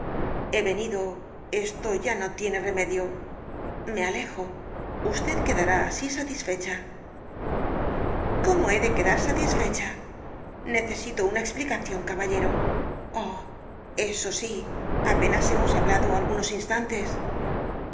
e venido esto ya no tiene remedio me alejo usted quedará así satisfecha cómo he de quedar satisfecha necesito una explicación caballero oh eso sí apenas hemos hablado algunos instantes